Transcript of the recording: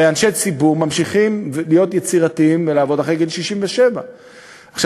הרי אנשי ציבור ממשיכים להיות יצירתיים ולעבוד אחרי גיל 67. עכשיו,